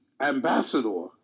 ambassador